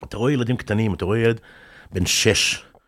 אתה רואה ילדים קטנים, אתה רואה ילד בן שש.